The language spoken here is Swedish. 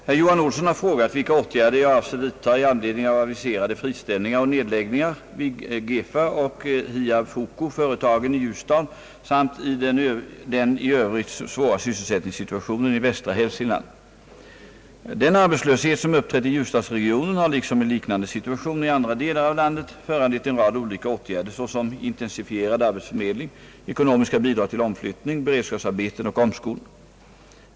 Herr talman! Herr Johan Olsson har frågat vilka åtgärder jag avser vidta i anledning av aviserade friställningar och nedläggningar vid Gefaoch Hiab Foco-företagen i Ljusdal samt den i övrigt svåra sysselsättningssituationen i västra Hälsingland. Den arbetslöshet som uppträtt i ljusdalsregionen har liksom i liknande situationer i andra delar av landet föranlett en rad olika åtgärder såsom intensifierad arbetsförmedling, ekonomiska bidrag till omflyttning, beredskapsarbeten och omskolning.